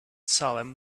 salem